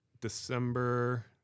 December